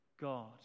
God